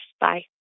Bye